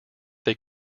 they